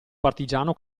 partigiano